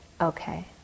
okay